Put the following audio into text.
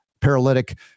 paralytic